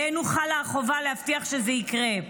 עלינו חלה החובה להבטיח שזה יקרה.